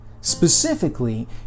Specifically